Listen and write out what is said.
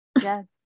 Yes